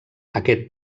aquest